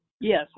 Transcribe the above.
yes